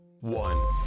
One